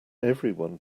everyone